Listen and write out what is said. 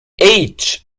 age